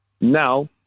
Now